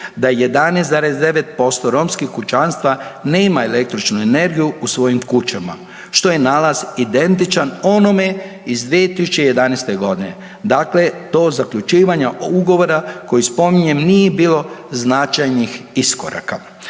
da 11,9% romskih kućanstava nema električnu energiju u svojim kućama, što je nalaz identičan onome iz 2011.g., dakle do zaključivanja ugovora koji spominjem nije bilo značajnih iskoraka.